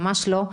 ממש לא.